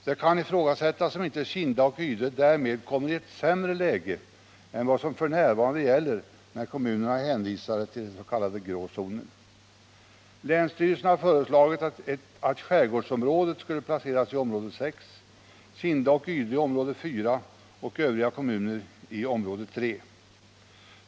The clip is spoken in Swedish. Det kan ifrågasättas om inte Kinda och Ydre därmed kommer i ett sämre läge än vad som f. n. gäller när kommunerna är hänvisade till den s.k. grå zonen. Länsstyrelsen har föreslagit att skärgårdsområdet skulle placeras i område 6, Kinda och Ydre i område 4 och övriga kommuner i område 3.